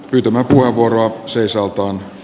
kytömäki hurraa seisaaltaan